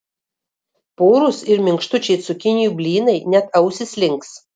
purūs ir minkštučiai cukinijų blynai net ausys links